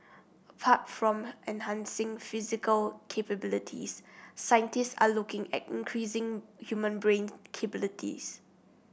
apart from enhancing physical capabilities scientists are looking at increasing human brain capabilities